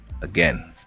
Again